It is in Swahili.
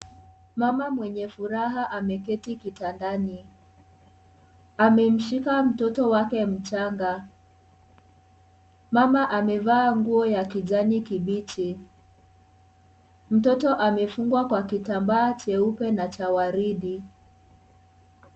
Mama mwenye furaha ameketi kitandani ,amemshika mtoto wake mchanga mama amevaa nguo ya kijani kibichi, mtoto amefungwa kwa kitambaa jeupe na cha waridi.